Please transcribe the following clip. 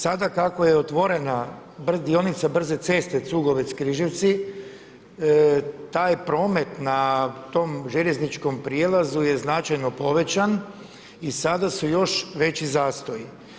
Sada kako je otvorena dionica brze ceste Cugovec-Križevci taj promet na tom željezničkom prijelazu je značajno povećan i sada su još veći zastoji.